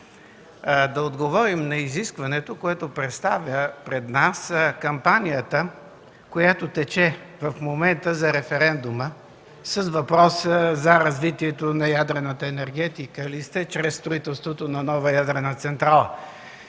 да отговорим на изискването, което представя пред нас кампанията, която тече в момента, за референдума с въпроса: „За развитието на ядрената енергетика ли сте чрез строителството на нова ядрена централа?”.